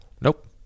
Nope